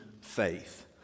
faith